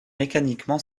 mécaniquement